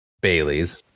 Bailey's